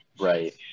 Right